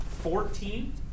Fourteen